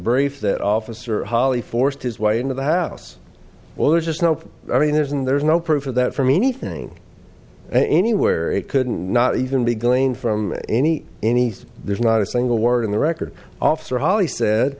brief that officer holly forced his way into the house well there's just no i mean there isn't there is no proof of that from anything anywhere it couldn't not even be gleaned from any anything there's not a single word in the record officer holley said